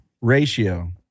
Ratio